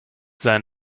sein